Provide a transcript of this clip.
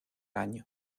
año